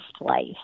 life